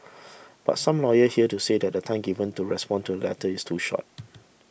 but some lawyers here to say that the time given to respond to the letters is too short